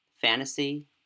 fantasy